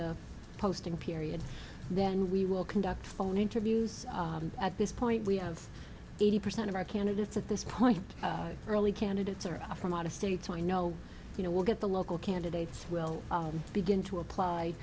the posting period then we will conduct phone interviews at this point we have eighty percent of our candidates at this point early candidates are from out of state so i know you know we'll get the local candidates will begin to apply